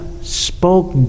spoke